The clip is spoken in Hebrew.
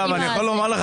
אני יכול לומר לך